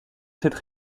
cette